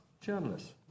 journalists